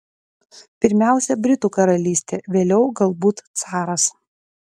pirmiausia britų karalystė vėliau galbūt caras